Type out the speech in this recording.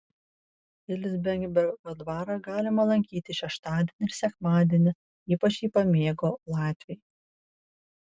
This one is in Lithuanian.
ilzenbergo dvarą galima lankyti šeštadienį ir sekmadienį ypač jį pamėgo latviai